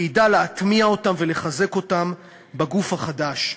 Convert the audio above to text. וידע להטמיע אותם ולחזק אותם בגוף החדש,